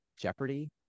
Jeopardy